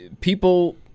People